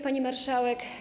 Pani Marszałek!